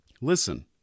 Listen